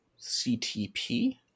ctp